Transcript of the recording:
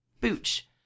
Booch